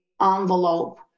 envelope